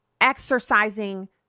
exercising